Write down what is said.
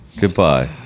Goodbye